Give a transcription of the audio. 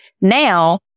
now